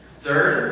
Third